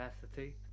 capacity